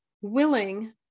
willing